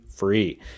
free